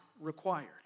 required